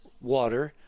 water